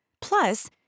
Plus